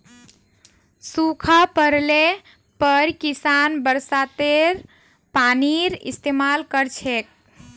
सूखा पोड़ले पर किसान बरसातेर पानीर इस्तेमाल कर छेक